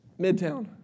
Midtown